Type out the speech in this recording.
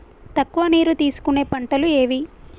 తక్కువ నీరు తీసుకునే పంటలు ఏవి?